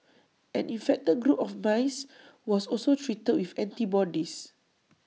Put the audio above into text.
an infected group of mice was also treated with antibodies